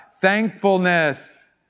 Thankfulness